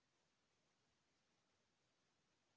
व्यवसायिक ऋण का होथे?